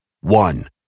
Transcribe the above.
One